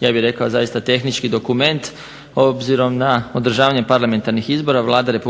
ja bih rekao zaista tehnički dokument. Obzirom na održavanje parlamentarnih izbora Vlada RH